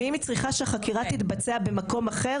ואם היא צריכה שהחקירה תתבצע במקום אחר